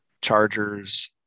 Chargers